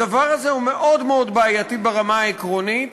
הדבר הזה הוא מאוד מאוד בעייתי ברמה העקרונית.